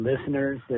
listeners